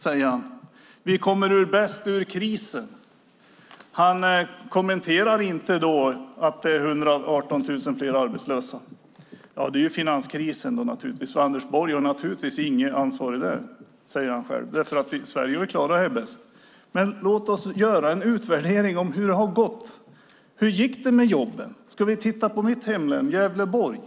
Sverige kommer bäst ur krisen. Han kommenterar då inte att det finns 118 000 fler arbetslösa. Det är finanskrisen. Anders Borg har naturligtvis inget ansvar där, säger han själv, eftersom Sverige har klarat sig bäst. Låt oss göra en utvärdering av hur det har gått. Hur gick det med jobben? Låt oss titta på mitt hemlän Gävleborg.